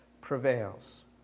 prevails